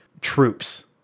troops